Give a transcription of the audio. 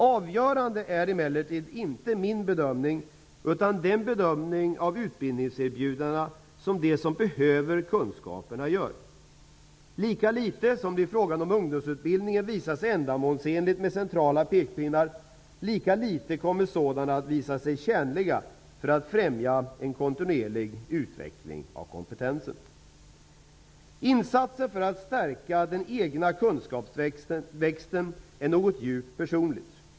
Avgörande är emellertid inte min bedömning utan den bedömning av utbildningserbjudandena som de som behöver kunskaperna gör. Lika litet som det i fråga om ungdomsutbildningen visat sig ändamålsenligt med centrala pekpinnar, lika litet kommer sådana att visa sig tjänliga för att främja en kontinuerlig utveckling av kompetensen. Insatser för att stärka den egna kunskapsväxten är något djupt personligt.